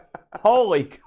Holy